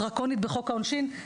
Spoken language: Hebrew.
דרקונית בחוק העונשין,